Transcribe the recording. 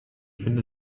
finde